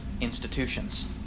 institutions